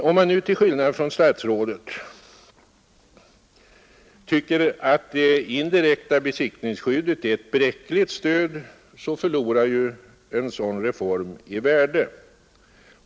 Om man nu till skillnad från statsrådet tycker att det indirekta besittningsskyddet är ett bräckligt stöd, förlorar en sådan reform i värde.